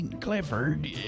Clifford